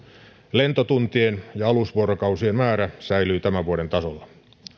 lentotuntien ja alusvuorokausien määrä säilyy tämän vuoden tasolla